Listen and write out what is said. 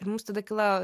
ir mums tada kyla